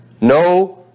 No